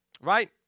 Right